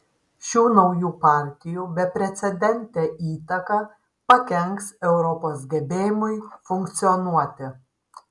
šių naujų partijų beprecedentė įtaka pakenks europos gebėjimui funkcionuoti